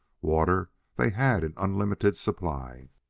water they had in unlimited supply.